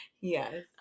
Yes